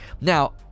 Now